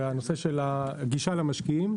והנושא של הגישה למשקיעים,